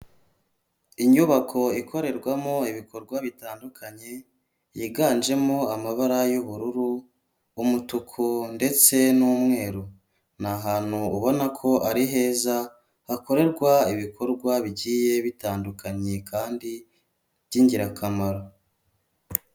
Inyubako ikorerwamo ibikorwa bitandukanye yiganjemo amabara y'ubururu umutuku ndetse n'umweru n'ahantu ubona ko ari heza hakorerwa ibikorwa bigiye bitandukanye kandi b'ingirakamaro.